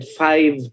five